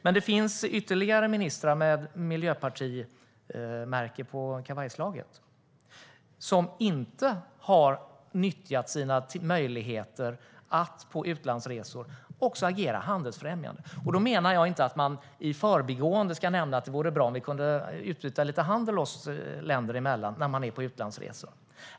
Min det finns ytterligare ministrar med miljöpartimärke på kavajslaget som inte har nyttjat sina möjligheter att på utlandsresor också agera handelsfrämjande. Då menar jag inte att man, när man är på utlandsresor, i förbigående ska nämna att det vore bra om vi kunde utbyta lite handel oss länder emellan.